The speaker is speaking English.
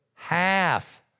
Half